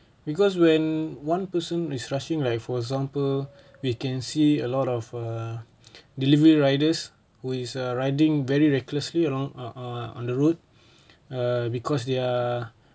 because when one person is rushing like for example we can see a lot of err delivery riders who is uh riding very recklessly around uh uh on the road ah because they are